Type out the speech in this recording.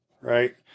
Right